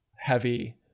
heavy